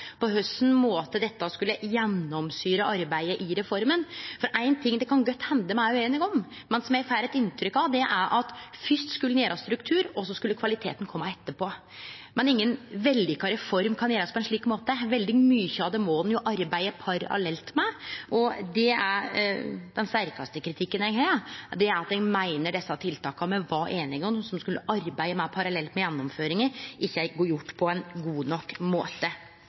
dette skal gjennomsyre arbeidet med reforma. Ein ting som det kan godt hende at me er ueinige om, men som eg får eit inntrykk av, er at ein først skulle lage struktur, og så skulle kvaliteten kome etterpå. Men inga vellukka reform kan gjennomførast slik. Veldig mykje av dette må ein arbeide parallelt med, og den sterkaste kritikken eg har, er at eg meiner at dei tiltaka me var einige om at ein skulle arbeide med parallelt med gjennomføringa, ikkje er gjort godt nok. Funna i Difi-rapporten peikar på at det ein